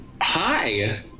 hi